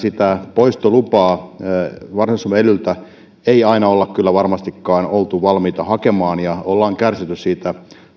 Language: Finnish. poistolupaa varsinais suomen elyltä ei aina olla kyllä varmastikaan oltu valmiita hakemaan ja ollaan kärsitty siitä